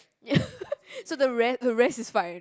yeah so the rest the rest is fine